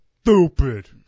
stupid